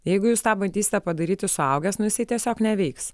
jeigu jūs tą bandysite padaryti suaugęs nu jisai tiesiog neveiks